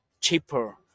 cheaper